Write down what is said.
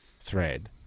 thread